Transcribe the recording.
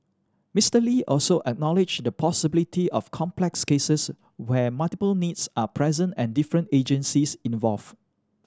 Mister Lee also acknowledged the possibility of complex cases where multiple needs are present and different agencies involved